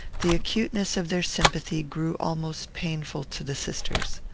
the acuteness of their sympathy grew almost painful to the sisters.